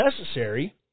necessary